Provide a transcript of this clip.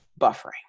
buffering